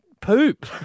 poop